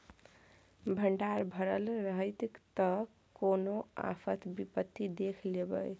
भंडार भरल रहतै त कोनो आफत विपति देख लेबै